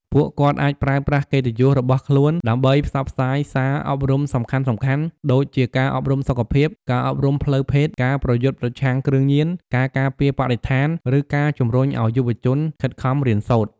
ពួកគាត់អាចប្រើប្រាស់កិត្តិយសរបស់ខ្លួនដើម្បីផ្សព្វផ្សាយសារអប់រំសំខាន់ៗ ដូចជាការអប់រំសុខភាព ការអប់រំផ្លូវភេទ ការប្រយុទ្ធប្រឆាំងគ្រឿងញៀន ការការពារបរិស្ថាន ឬការជំរុញឱ្យយុវជនខិតខំរៀនសូត្រ។